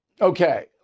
Okay